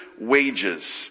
wages